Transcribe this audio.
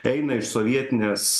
eina iš sovietinės